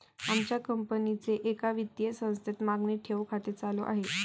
आमच्या कंपनीचे एका वित्तीय संस्थेत मागणी ठेव खाते चालू आहे